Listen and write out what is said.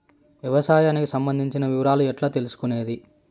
వ్యవసాయానికి సంబంధించిన వివరాలు ఎట్లా తెలుసుకొనేది?